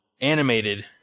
animated